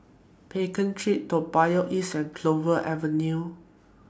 Pekin Street Toa Payoh East Clover Avenue